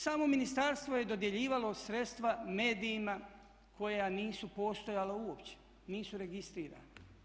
Samo ministarstvo je dodjeljivalo sredstva medijima koja nisu postojala uopće, nisu registrirana.